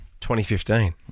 2015